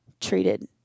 treated